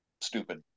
stupid